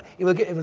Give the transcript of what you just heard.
it will get,